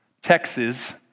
Texas